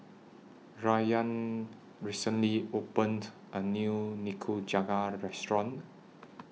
Rayan recently opened A New Nikujaga Restaurant